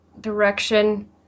direction